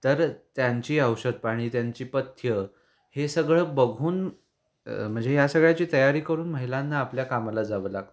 तर त्यांची औषधपाणी त्यांची पथ्यं हे सगळं बघून म्हणजे या सगळ्याची तयारी करून महिलांना आपल्या कामाला जावं लागतं